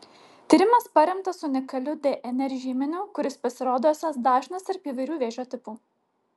tyrimas paremtas unikaliu dnr žymeniu kuris pasirodo esąs dažnas tarp įvairių vėžio tipų